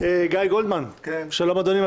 גיא גולדמן בבקשה,